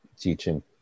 teaching